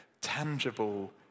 tangible